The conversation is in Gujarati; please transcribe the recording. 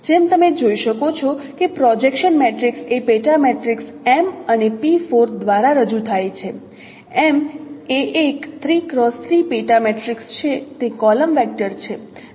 જેમ તમે જોઈ શકો છો કે પ્રોજેક્શન મેટ્રિક્સ એ પેટા મેટ્રિક્સ M અને દ્વારા રજૂ થાય છે M એ એક પેટા મેટ્રિક્સ છે તે કોલમ વેક્ટર છે